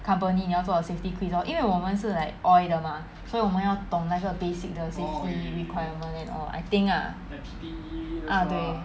company 你要做 safety quiz 因为我们是 like oil 的吗所以我们要懂那个 basic 的 safely requirement and all I think lah ah 对